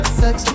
sex